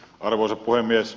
arvoisa puhemies